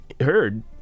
heard